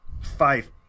Five